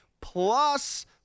Plus